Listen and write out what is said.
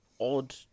odd